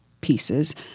pieces